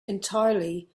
entirely